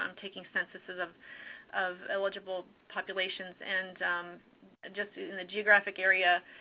um weretaking censuses of of eligible populations. and and just in the geographic area,